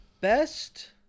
Best